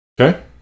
okay